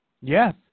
Yes